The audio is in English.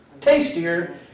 tastier